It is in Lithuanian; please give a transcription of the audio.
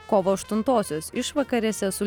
kovo aštuntosios išvakarėse su